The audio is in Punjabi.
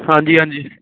ਹਾਂਜੀ ਹਾਂਜੀ